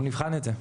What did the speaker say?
אנחנו נבחן את זה.